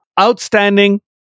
Outstanding